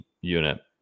unit